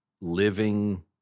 living